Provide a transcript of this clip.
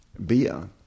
beer